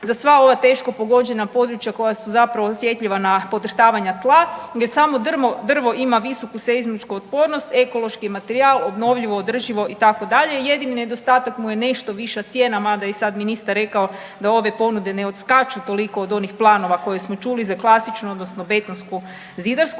za sva ova teško pogođena područja koja su zapravo osjetljiva na podrhtavanja tla, jer samo drvo ima visoku seizmičku otpornost, ekološki je materijal, obnovljivo, održivo itd. Jedini nedostatak mu je nešto viša cijena, mada je i sad ministar rekao da ove ponude ne odskaču toliko od onih planova koje smo čuli za klasičnu betonsku, zidarsku